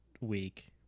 week